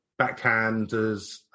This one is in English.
backhanders